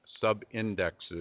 sub-indexes